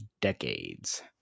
decades